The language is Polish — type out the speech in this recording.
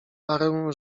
parę